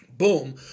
Boom